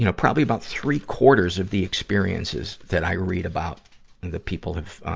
you know probably about three-quarters of the experiences that i read about and the people have, ah,